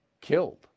killed